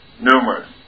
numerous